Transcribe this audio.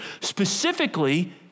specifically